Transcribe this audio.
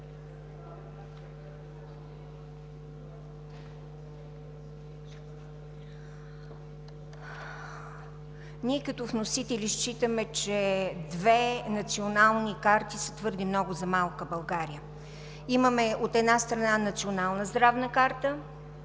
Ние като вносители считаме, че две национални карти са твърде много за малка България – от една страна, имаме Национална здравна карта,